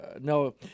No